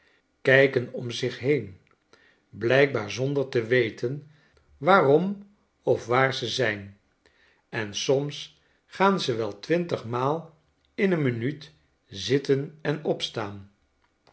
kijken om zich heen blijkbaar zonder te weten waarom of waar ze zijn en soms gaan ze wel twintigmaal in een minuut zitten en opstaan